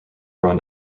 run